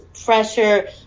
pressure